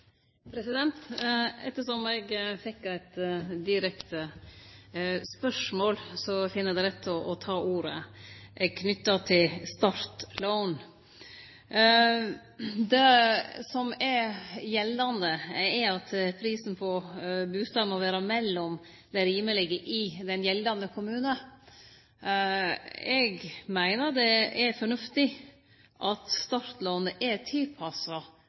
eg fekk eit direkte spørsmål, finn eg det rett å ta ordet, knytt til startlån. Det gjeldande er at prisen på ein bustad må vere mellom dei rimelege i den gjeldande kommunen. Eg meiner det er fornuftig at startlånet er tilpassa